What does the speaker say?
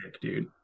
dude